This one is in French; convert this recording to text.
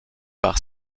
par